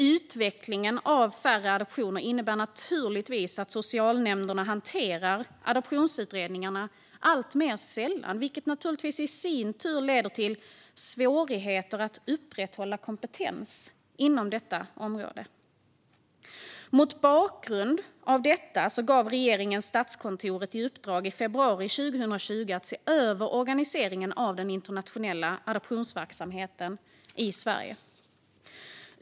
Utvecklingen med färre adoptioner innebär naturligtvis att socialnämnderna hanterar adoptionsutredningar alltmer sällan, vilket naturligtvis i sin tur leder till svårigheter att upprätthålla kompetens inom detta område. Mot bakgrund av detta gav regeringen i februari 2020 Statskontoret i uppdrag att se över organiseringen av den internationella adoptionsverksamheten i Sverige.